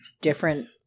different